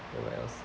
what else